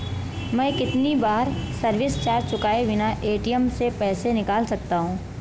मैं कितनी बार सर्विस चार्ज चुकाए बिना ए.टी.एम से पैसे निकाल सकता हूं?